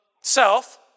self